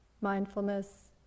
mindfulness